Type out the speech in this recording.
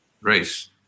race